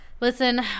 Listen